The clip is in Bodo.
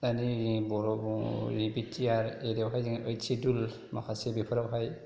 दानि बर' बिटिआर एरिया आवहाय जोङो एइड सिड्युल माखासे बेफोरावहाय